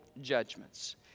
judgments